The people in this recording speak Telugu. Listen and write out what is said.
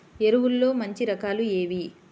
ఎరువుల్లో మంచి రకాలు ఏవి?